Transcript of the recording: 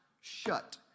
shut